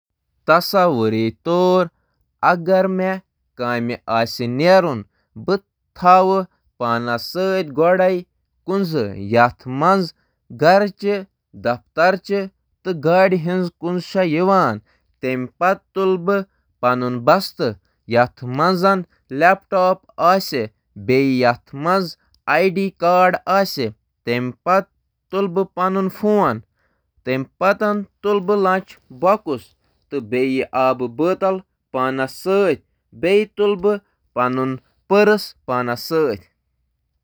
تصور کٔرِو، بہٕ چھُس/چھَس أکِس ہفتَس تام سیاح پٲٹھۍ فرانس گژھان۔ بہٕ کَرٕ پنُن سوٹ کیس پیک تہٕ نِنہٕ پنُن پاسپورٹ تہٕ شناختی کارڈ تہٕ أکِس ہفتَس تام ضروٗرت پَلو تہٕ مُختٔلِف فوٹو تُلنہٕ خٲطرٕ D S L R camera.